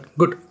good